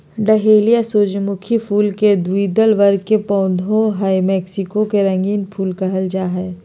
dahlia सूर्यमुखी फुल के द्विदल वर्ग के पौधा हई मैक्सिको के रंगीन फूल कहल जा हई